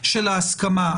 ההסכמה.